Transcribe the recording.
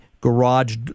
garage